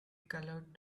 colored